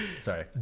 sorry